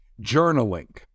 journaling